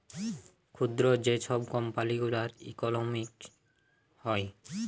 ক্ষুদ্র যে ছব কম্পালি গুলার ইকলমিক্স হ্যয়